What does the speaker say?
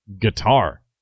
guitar